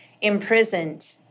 imprisoned